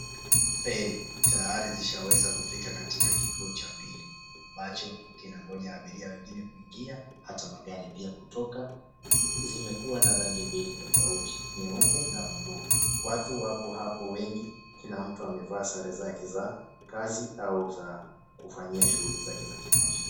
Ferri tayari zishaweza kufika katika kituo cha meli ambacho kinangoja maabiria wengine kuingia hata magari pia kutoka. Zimekuwa na rangi mbili tofauti, nyeupe na buluu. Watu wapo hapo wengi kila mtu amevaa sare zake za kazi au kufanyia shughuli zake za kila siku.